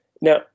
now